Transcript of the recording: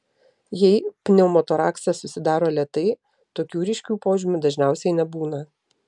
jei pneumotoraksas susidaro lėtai tokių ryškių požymių dažniausiai nebūna